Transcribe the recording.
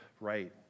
right